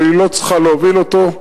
אבל היא לא צריכה להוביל אותו.